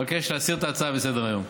אני מבקש להסיר את ההצעה מסדר-היום.